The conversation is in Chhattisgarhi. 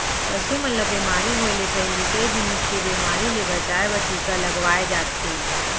पसु मन ल बेमारी होय ले पहिली कई जिनिस के बेमारी ले बचाए बर टीका लगवाए जाथे